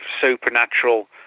supernatural